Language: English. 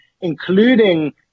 including